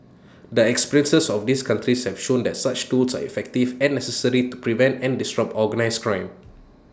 the experiences of these countries have shown that such tools are effective and necessary to prevent and disrupt organised crime